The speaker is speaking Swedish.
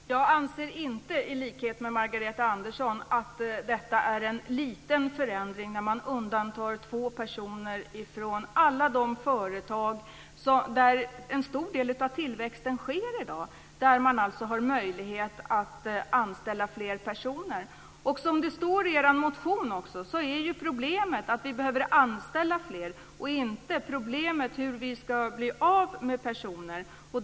Fru talman! Jag anser inte i likhet med Margareta Andersson att det är en liten förändring när man undantar två personer från alla de företag där en stor del av tillväxten sker i dag. Det är där som man har möjlighet att anställa fler personer. Som det står i er motion är problemet att vi behöver anställa fler, och inte hur vi ska bli av med personer.